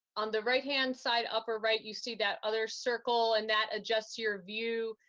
on the right-hand side, upper right, you see that other circle, and that adjusts your view,